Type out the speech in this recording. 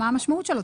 מה המשמעות שלו?